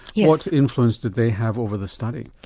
what influence did they have over the study?